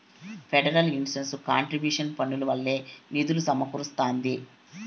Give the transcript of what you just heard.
federal insurance contribution పన్నుల వల్లే నిధులు సమకూరస్తాంది